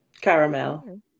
Caramel